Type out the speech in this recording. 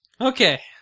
Okay